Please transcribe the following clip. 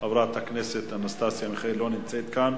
חברת הכנסת אנסטסיה מיכאלי, לא נמצאת כאן.